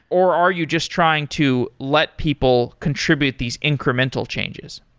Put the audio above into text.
or are you just trying to let people contribute these incremental changes?